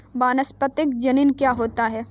वानस्पतिक जनन क्या होता है?